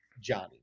Johnny